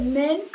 men